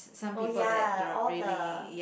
oh ya all the